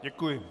Děkuji.